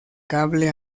cable